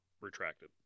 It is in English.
retracted